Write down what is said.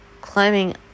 climbing